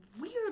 Weird